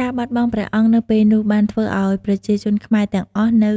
ការបាត់បង់ព្រះអង្គនៅពេលនោះ បានធ្វើឱ្យប្រជាជនខ្មែរទាំងអស់នៅ